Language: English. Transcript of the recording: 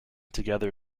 together